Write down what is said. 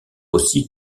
aussi